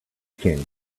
can